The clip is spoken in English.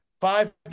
five